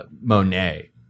Monet